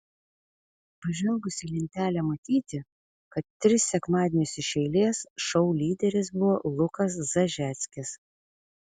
pažvelgus į lentelę matyti kad tris sekmadienius iš eilės šou lyderis buvo lukas zažeckis